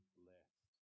blessed